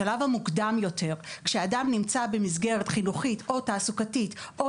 בשלב המוקדם יותר כשאדם נמצא במסגרת חינוכית או תעסוקתית או